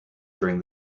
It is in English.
during